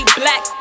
black